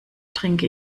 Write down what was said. trinke